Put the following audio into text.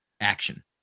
action